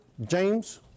James